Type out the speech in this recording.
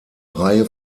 reihe